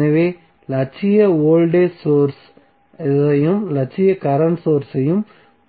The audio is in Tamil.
ஆகவே இலட்சிய வோல்டேஜ் சோர்ஸ் ஐயும் இலட்சிய கரண்ட் சோர்ஸ் ஐயும்